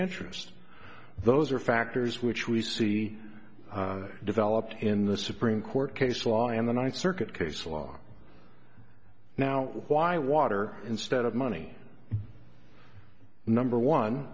interest those are factors which we see developed in the supreme court case law and the ninth circuit case law now why water instead of money number one